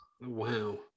Wow